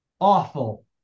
awful